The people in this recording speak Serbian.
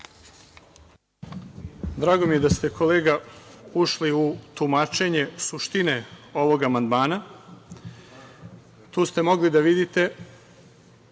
Drago mi je da ste, kolega, ušli u tumačenje suštine ovog amandmana. Tu ste mogli da vidite